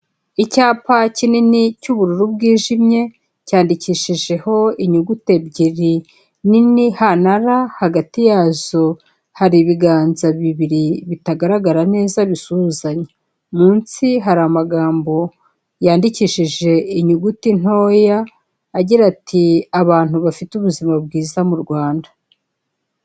Icyapa kinini cy'ubururu bwijimye, cyandikishijeho inyuguti ebyiri nini H na R, hagati yazo hari ibiganza bibiri bitagaragara neza bisuhuzanya. Munsi hari amagambo yandikishije inyuguti ntoya agira ati "Abantu bafite ubuzima bwiza mu Rwanda."